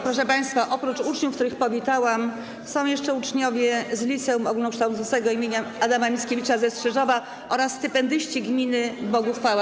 Proszę państwa, oprócz uczniów, których powitałam, są jeszcze uczniowie z Liceum Ogólnokształcącego im. Adama Mickiewicza ze Strzyżowa oraz stypendyści gminy Boguchwała.